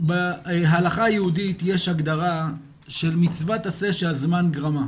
בהלכה היהודית יש הגדרה של מצוות עשה שהזמן גרמה.